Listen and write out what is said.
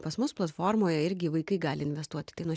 pas mus platformoje irgi vaikai gali investuoti tai nuo